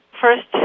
first